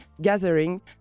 gathering